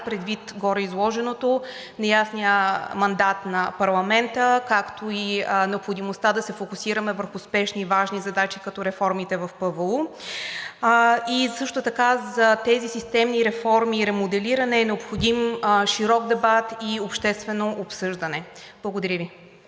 предвид гореизложеното – неясния мандат на парламента, както и необходимостта да се фокусираме върху спешни и важни задачи като реформите в Плана за възстановяване и устойчивост – ПВУ. И също така за тези системни реформи и ремоделиране е необходим широк дебат и обществено обсъждане. Благодаря Ви.